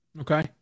Okay